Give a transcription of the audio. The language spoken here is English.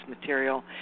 material